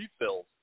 refills